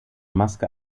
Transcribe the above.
maske